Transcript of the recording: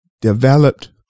developed